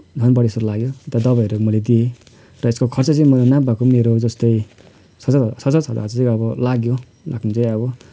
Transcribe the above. झन् बढेजस्तो लाग्यो तर दबाईहरू मैले दिएँ र यसको खर्च चाहिँ मेरो नभएको पनि मेरो जस्तै छ छ सात हजार चाहिँ लाग्यो लाग्न चाहिँ अब